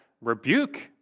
rebuke